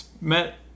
met